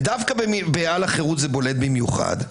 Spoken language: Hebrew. ודווקא בעל החירות זה בולט במיוחד,